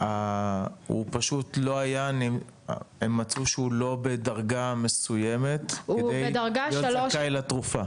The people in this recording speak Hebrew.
הם מצאו שהוא לא בדרגה מסוימת כדי להיות זכאי לתרופה?